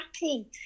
happy